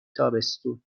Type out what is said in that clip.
تابستون